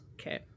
Okay